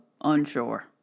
Unsure